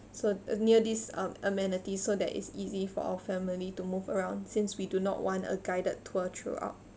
so near these um amenities so that it's easy for our family to move around since we do not want a guided tour throughout